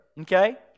Okay